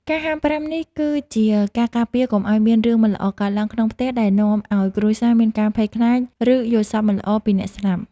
ការហាមប្រាមនេះ គឺ ជាការការពារកុំឱ្យមានរឿងមិនល្អកើតឡើងក្នុងផ្ទះដែលនាំឱ្យគ្រួសារមានការភ័យខ្លាច ឬយល់សប្តិមិនល្អពីអ្នកស្លាប់។